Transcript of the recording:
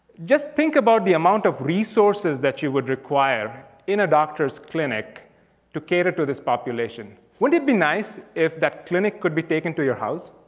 just think about the amount of resources that you would require in a doctor's clinic to cater to this population. wouldn't it be nice if that clinic could be taken to your house?